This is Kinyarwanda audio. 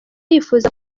yifuza